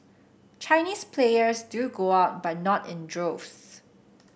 Chinese players do go out but not in droves